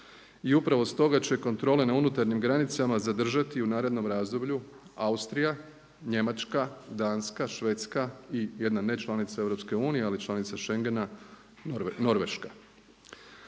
I upravo stoga će kontrole na unutarnjim granicama zadržati u narednom razdoblju Austrija, Njemačka, Danska, Švedska i jedna ne članica EU ali članica Schengena Norveška.